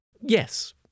Yes